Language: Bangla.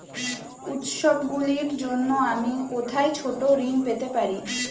উত্সবগুলির জন্য আমি কোথায় ছোট ঋণ পেতে পারি?